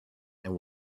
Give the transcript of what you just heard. and